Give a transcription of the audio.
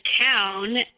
town